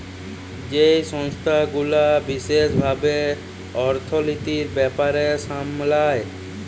যেই সংস্থা গুলা বিশেস ভাবে অর্থলিতির ব্যাপার সামলায়